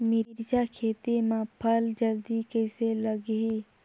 मिरचा खेती मां फल जल्दी कइसे लगही?